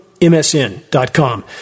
msn.com